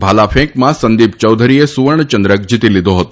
ભાલ ફેંકમાં સંદીપ યૌધરીએ સુવર્ણચંદ્રક જીતી લીધો હતો